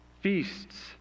feasts